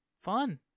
fun